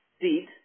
SEAT